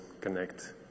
Connect